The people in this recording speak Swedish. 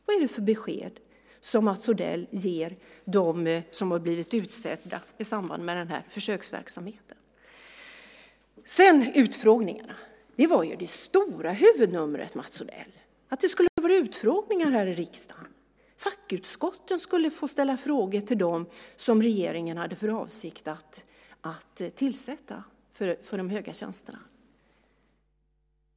Vad är det för besked som Mats Odell ger dem som har blivit utsedda i samband med denna försöksverksamhet? Att det skulle vara utfrågningar här i riksdagen var ju det stora huvudnumret, Mats Odell. Fackutskotten skulle få ställa frågor till dem som regeringen hade för avsikt att tillsätta på de höga tjänsterna.